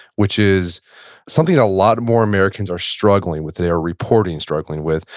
which is something a lot more americans are struggling with, they're reporting struggling with.